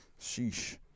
Sheesh